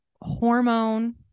hormone